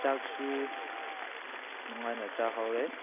ꯆꯥꯛꯁꯨ ꯅꯨꯡꯉꯥꯏꯅ ꯆꯥꯍꯧꯔꯦ